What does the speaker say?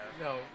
No